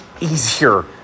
easier